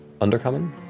Undercommon